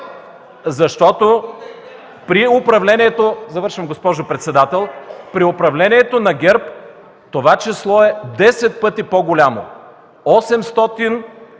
Защото при управлението на ГЕРБ това число е 10 пъти по-голямо